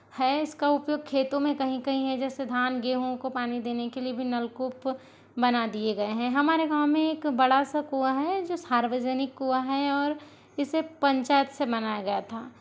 है इसका उपयोग खेतों में कहीं कहीं है जैसे धान गेहूँ को पानी देने के लिए भी नलकूप बना दिए गए हैं हमारे गाँव में एक बड़ा सा कुआँ है जो सार्वजनिक कुआँ है और इसे पंचायत से बनाया गया था